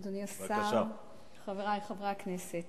אדוני השר, חברי חברי הכנסת,